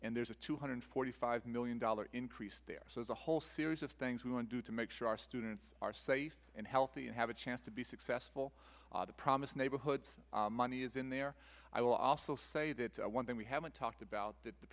and there's a two hundred forty five million dollars increase there as a whole series of things we can do to make sure our students are safe and healthy and have a chance to be successful the promise neighborhoods money is in there i will also say that one thing we haven't talked about that the